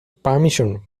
permission